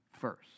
first